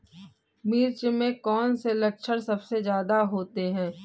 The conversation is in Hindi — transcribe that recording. मिर्च में कौन से लक्षण सबसे ज्यादा होते हैं?